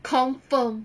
confirm